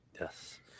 Yes